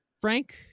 Frank